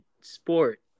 sport